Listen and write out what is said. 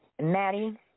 Maddie